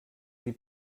sie